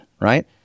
right